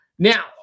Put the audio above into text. Now